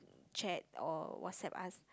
chat or WhatsApp us